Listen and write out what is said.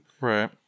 Right